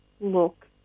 look